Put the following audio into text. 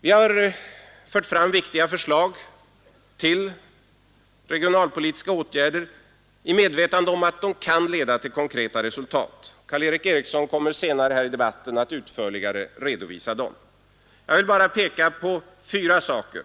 Vi har fört fram viktiga förslag till regionalpolitiska åtgärder i medvetande om att de kan leda till konkreta resultat. Karl-Erik Eriksson kommer här senare i debatten att utförligare redovisa dem. Jag vill bara peka på fyra saker.